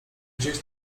gdzieś